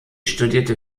studierte